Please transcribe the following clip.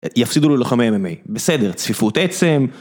יפסידו לו לוחמי MMA. בסדר, צפיפות עצם.